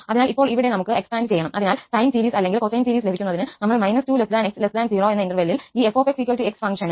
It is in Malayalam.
അതിനാൽ ഇപ്പോൾ ഇവിടെ നമുക്ക് എസ്പാൻഡ് ചെയ്യണം അതിനാൽ സൈൻ സീരീസ് അല്ലെങ്കിൽ കൊസൈൻ സീരീസ് ലഭിക്കുന്നതിന് നമ്മൾ 2𝑥0 എന്ന ഇന്റെർവെലിൽ ഈ fx ഫങ്ക്ഷന്